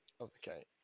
Okay